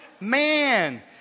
man